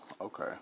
Okay